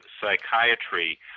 psychiatry